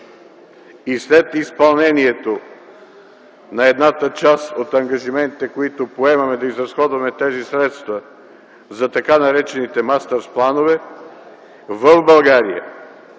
и след изпълнението на едната част от ангажиментите, които поемаме за изразходването на тези средства за тъй наречените мастерс планове, в България